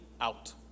out